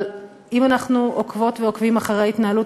אם אנחנו עוקבות ועוקבים אחרי התנהלות